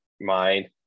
mind